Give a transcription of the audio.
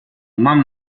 man